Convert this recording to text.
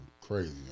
crazy